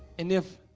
and if